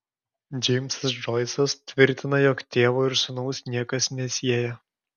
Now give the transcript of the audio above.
džeimsas džoisas tvirtina jog tėvo ir sūnaus niekas nesieja